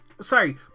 Sorry